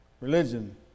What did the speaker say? religion